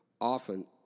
often